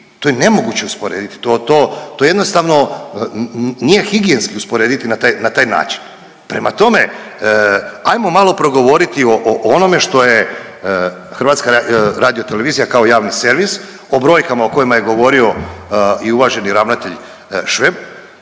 to je nemoguće usporediti, to, to, to jednostavno nije higijenski usporediti na taj, na taj način. Prema tome ajmo malo progovoriti o onome što je HRT kao javni servis, o brojkama o kojima je govorio i uvaženi ravnatelj Šveb.